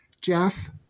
jeff